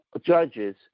judges